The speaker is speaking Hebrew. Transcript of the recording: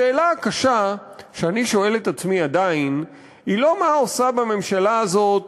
השאלה הקשה שאני שואל את עצמי עדיין היא לא מה עושה בממשלה הזאת